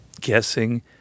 Guessing